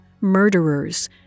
murderers